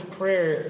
prayer